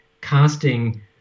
casting